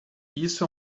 isso